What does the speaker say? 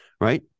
Right